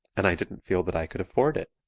and i didn't feel that i could afford it.